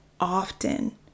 often